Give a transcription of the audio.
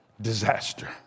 disaster